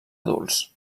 adults